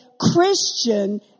Christian